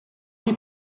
did